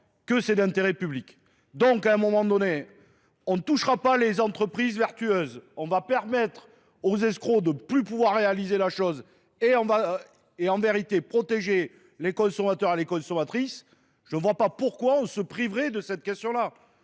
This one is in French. que c'est d'intérêt public. Donc à un moment donné, On ne touchera pas les entreprises vertueuses. On va permettre aux escrocs de ne plus pouvoir réaliser la chose et en vérité protéger les consommateurs et les consommatrices. Je ne vois pas pourquoi on se priverait de cette question-là.